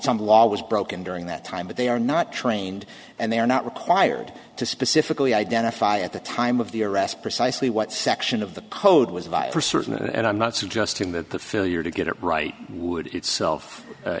some law was broken during that time but they are not trained and they are not required to specifically identify at the time of the arrest precisely what section of the code was via for certain and i'm not suggesting that the failure to get it right would itself